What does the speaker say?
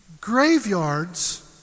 Graveyards